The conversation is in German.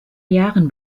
jahren